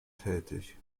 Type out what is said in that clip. tätig